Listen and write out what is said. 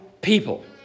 people